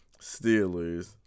Steelers